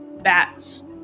bats